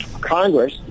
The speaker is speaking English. Congress